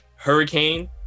Hurricane